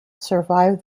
survived